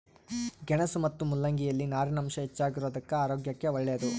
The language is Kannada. ಗೆಣಸು ಮತ್ತು ಮುಲ್ಲಂಗಿ ಯಲ್ಲಿ ನಾರಿನಾಂಶ ಹೆಚ್ಚಿಗಿರೋದುಕ್ಕ ಆರೋಗ್ಯಕ್ಕೆ ಒಳ್ಳೇದು